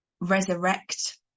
resurrect